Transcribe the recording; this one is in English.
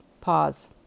Pause